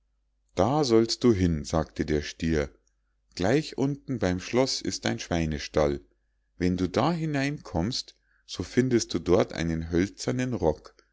da sollst du hin sagte der stier gleich unten beim schloß ist ein schweinstall wenn du da hineinkommst so findest du dort einen hölzernen rock